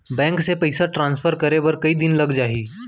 Bank से पइसा transfer करे बर कई दिन लग जाही?